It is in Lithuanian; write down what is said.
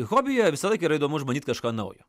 hobyje visąlaik yra įdomu išbandyt kažką naujo